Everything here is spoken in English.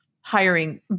hiring